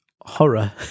horror